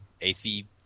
ac